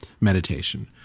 meditation